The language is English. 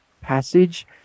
passage